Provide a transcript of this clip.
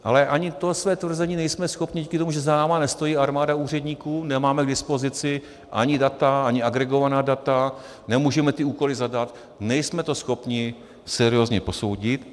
Ale ani to své tvrzení nejsme schopni, díky tomu, že za námi nestojí armáda úředníků, nemáme k dispozici ani data, ani agregovaná data, nemůžeme ty úkoly zadat, nejsme to schopni seriózně posoudit.